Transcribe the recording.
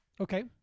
Okay